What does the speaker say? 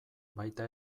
baita